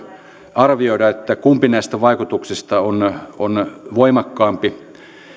arvioida kumpi näistä vaikutuksista on on voimakkaampi